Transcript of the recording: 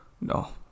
No